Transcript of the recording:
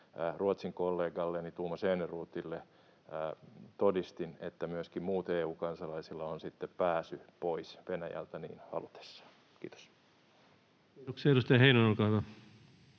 Ruotsin kollegalleni Tomas Enerothille todistin — että myöskin muilla EU-kansalaisilla on sitten pääsy pois Venäjältä niin halutessaan. — Kiitos. Kiitoksia. — Edustaja Heinonen, olkaa hyvä.